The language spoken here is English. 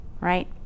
right